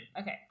okay